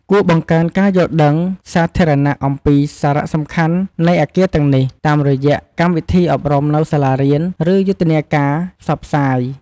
គួរបង្កើនការយល់ដឹងសាធារណៈអំពីសារៈសំខាន់នៃអគារទាំងនេះ តាមរយៈកម្មវិធីអប់រំនៅសាលារៀន ឬយុទ្ធនាការផ្សព្វផ្សាយ។